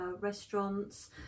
restaurants